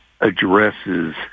addresses